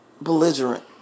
belligerent